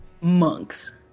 monks